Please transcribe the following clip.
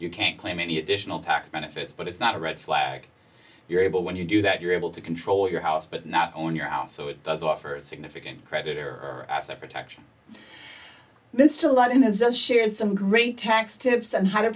you can't claim any additional tax benefits but it's not a red flag you're able when you do that you're able to control your house but not own your house so it does offer a significant creditor or asset protection then still a lot and has a share in some great tax tips and how to